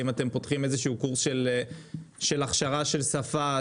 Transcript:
האם אתם פותחים איזשהו קורס של הכשרה של שפה,